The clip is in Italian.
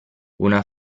una